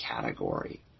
category